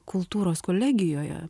kultūros kolegijoje